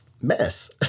mess